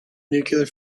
nuclear